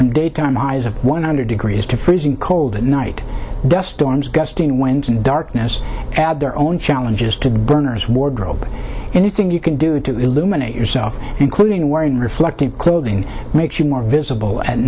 from daytime highs of one hundred degrees to freezing cold at night dust storms gusting winds and darkness add their own challenges to berners wardrobe anything you can do to illuminate yourself including wearing reflective clothing makes you more visible at